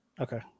Okay